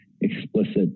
explicit